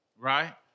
right